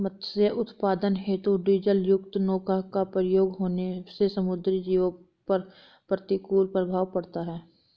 मत्स्य उत्पादन हेतु डीजलयुक्त नौका का प्रयोग होने से समुद्री जीवों पर प्रतिकूल प्रभाव पड़ता है